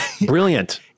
Brilliant